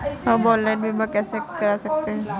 हम ऑनलाइन बीमा कैसे कर सकते हैं?